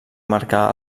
marcar